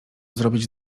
zrobić